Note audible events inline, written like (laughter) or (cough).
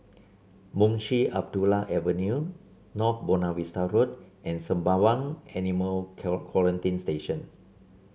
Munshi Abdullah Avenue North Buona Vista Road and Sembawang Animal (unintelligible) Quarantine Station